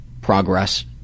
progress